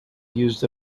used